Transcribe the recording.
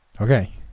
Okay